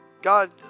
God